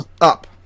Up